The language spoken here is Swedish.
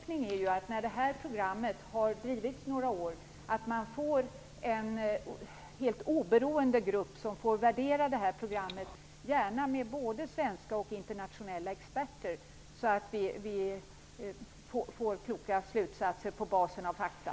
När det här programmet har drivits några år är det min förhoppning att en helt oberoende grupp får värdera programmet, gärna med både svenska och internationella experter, för att vi skall få kloka slutsatser på basen av fakta.